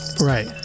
Right